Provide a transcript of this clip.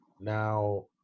Now